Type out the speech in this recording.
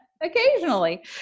occasionally